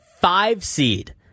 five-seed